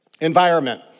Environment